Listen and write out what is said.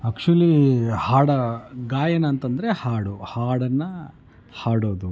actually ಹಾಡು ಗಾಯನ ಅಂತ ಅಂದರೆ ಹಾಡು ಹಾಡನ್ನು ಹಾಡೋದು